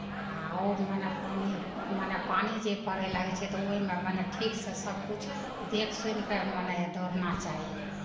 आ आओर मने पानि मने पानि जे पड़य लागै छै तऽ ओहिमे मने ठीकसँ सभकिछु देख सुनि कऽ मने जे दौड़ना चाही